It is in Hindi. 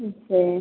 ठीक है